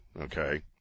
okay